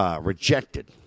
rejected